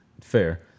Fair